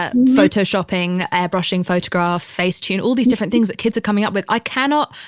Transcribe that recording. ah photo shopping, airbrushing, photographs, face tune, all these different things that kids are coming up with. i cannot.